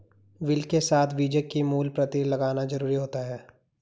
bill के साथ बीजक की मूल प्रति लगाना जरुरी होता है